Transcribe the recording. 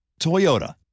Toyota